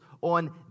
on